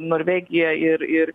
norvegija ir ir